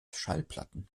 schallplatten